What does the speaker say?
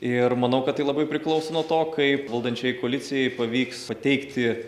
ir manau kad tai labai priklauso nuo to kaip valdančiajai koalicijai pavyks pateikti